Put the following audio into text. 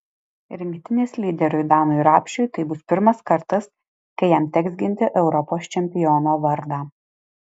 rinktinės lyderiui danui rapšiui tai bus pirmas kartas kai jam teks ginti europos čempiono vardą